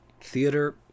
theater